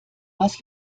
was